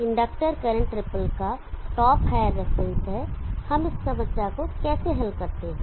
inductor current ripple का top higher reference है हम इस समस्या को कैसे हल करते हैं